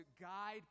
guide